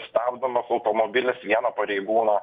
stabdomas automobilis vieno pareigūno